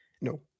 No